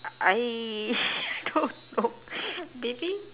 I don't know maybe